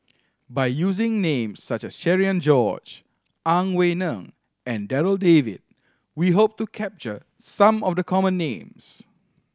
by using names such as Cherian George Ang Wei Neng and Darryl David we hope to capture some of the common names